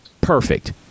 Perfect